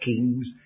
kings